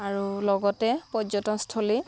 আৰু লগতে পৰ্যটনস্থলী